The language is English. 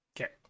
okay